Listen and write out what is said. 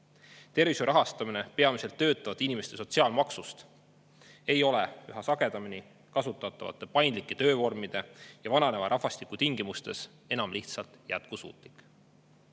Tervishoiu rahastamine peamiselt töötavate inimeste sotsiaalmaksust ei ole üha sagedamini kasutatavate paindlike töövormide ja vananeva rahvastiku tingimustes enam lihtsalt jätkusuutlik.